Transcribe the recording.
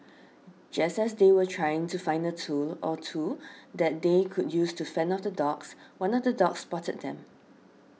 just as they were trying to find a tool or two that they could use to fend off the dogs one of the dogs spotted them